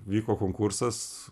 vyko konkursas